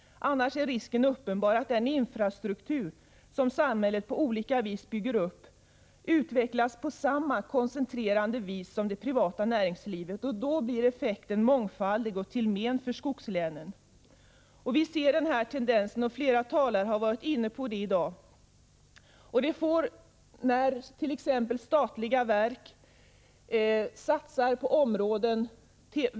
Annars är risken uppenbar att den infrastruktur som samhället på olika vis bygger upp utvecklas på samma koncentrerande vis som det privata näringslivet, och då blir effekten mångfaldig och till men för skogslänen. Vi ser den här tendensen. Flera talare har varit inne på detta i dag.